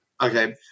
Okay